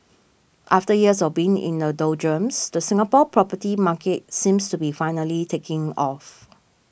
after years of being in the doldrums the Singapore property market seems to be finally taking off